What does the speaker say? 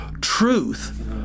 truth